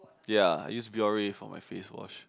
ya I use Biore for my face wash